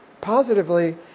positively